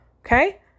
Okay